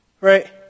Right